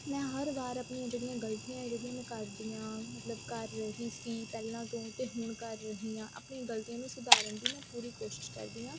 ਮੈਂ ਹਰ ਵਾਰ ਆਪਣੀ ਜਿਹੜੀਆਂ ਗਲਤੀਆਂ ਜਿਹੜੀਆਂ ਮੈਂ ਕਰਦੀ ਹਾਂ ਮਤਲਬ ਕਰ ਰਹੀ ਸੀ ਪਹਿਲਾਂ ਤੋਂ ਤਾਂ ਹੁਣ ਕਰ ਰਹੀ ਹਾਂ ਆਪਣੀ ਗਲਤੀਆਂ ਨੂੰ ਸੁਧਾਰਨ ਦੀ ਮੈਂ ਪੂਰੀ ਕੋਸ਼ਿਸ਼ ਕਰਦੀ ਹਾਂ